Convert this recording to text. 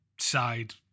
side